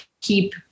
keep